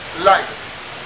life